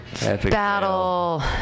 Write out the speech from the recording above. battle